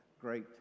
great